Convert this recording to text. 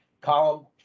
column